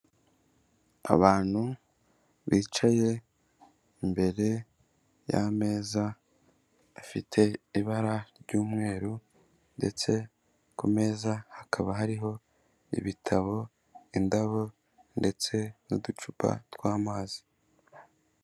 Abantu bicaye imbere y'ameza afite ibara ry'mweru ndetse ku meza hakaba hariho ibitabo, indabo ndetse n'uducupa tw'amazi.